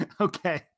Okay